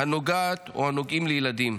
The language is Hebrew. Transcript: הנוגעים לילדים.